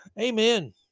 amen